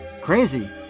Crazy